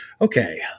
okay